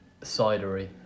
cidery